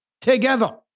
together